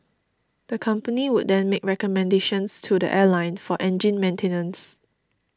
the company would then make recommendations to the airline for engine maintenance